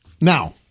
Now